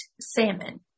salmon